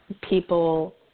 People